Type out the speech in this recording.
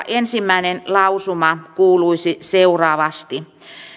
ensimmäinen lausuma kuuluisi seuraavasti